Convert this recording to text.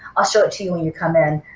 i'll show it to you when you come in.